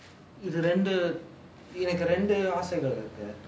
இது ரெண்டு எனக்கு ரெண்டு ஆசைகள் இருக்கு:ithu rendu enakku rendu aasaigal irukku